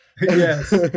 Yes